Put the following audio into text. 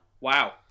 Wow